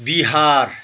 Bihar